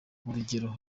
urugero